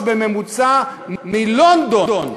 פי-שלושה בממוצע מאשר בלונדון?